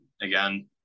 again